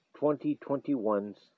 2021's